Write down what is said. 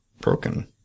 broken